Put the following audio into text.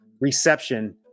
reception